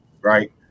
right